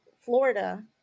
Florida